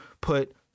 put